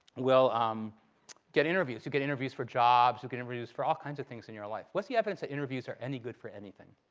will um get interviews. you'll get interviews for jobs. you'll get interviews for all kinds of things in your life. what's the evidence that interviews are any good for anything?